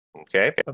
Okay